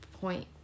point